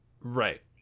Right